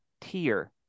tier